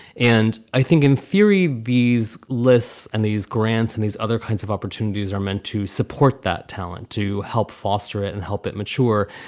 and i think in theory, these lists and these grants and these other kinds of opportunities are meant to support that talent, to help foster it and help it mature.